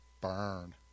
Burn